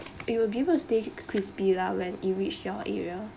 it will be able to stay crispy lah when it reach your area